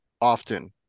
often